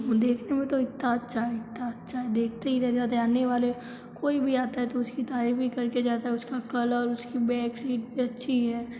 वह देखने में तो इतना अच्छा है इतना अच्छा है देखते ही रह जाते आने वाले कोई भी आता है तो उसकी तारीफ़ ही करके जाता है उसका कलर उसकी बैक सीट भी अच्छी है